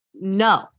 no